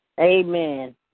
Amen